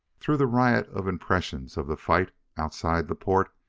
through the riot of impressions of the fight outside the port,